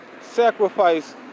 sacrifice